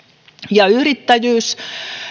yrittäjyys